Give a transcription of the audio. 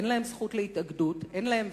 אין להם